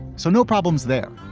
so no problems there